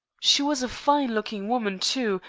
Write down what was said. she was a fine-looking woman, too,